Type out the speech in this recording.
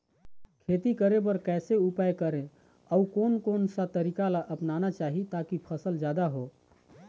खेती करें बर कैसे उपाय करें अउ कोन कौन सा तरीका ला अपनाना चाही ताकि फसल जादा हो?